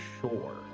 sure